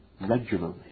regularly